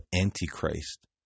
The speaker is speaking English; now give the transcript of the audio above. Antichrist